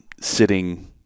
sitting